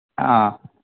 ആ